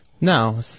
No